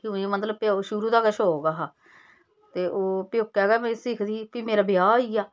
इ'यां मिगी मतलब कि शुरू दा गै शौक हा कि ओह् प्योकै गै में सिखदी ही फिर मेरा ब्याह् होई आ